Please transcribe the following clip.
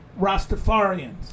Rastafarians